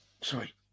Sorry